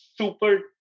super